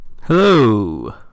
Hello